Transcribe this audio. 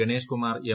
Ganesh Kumar M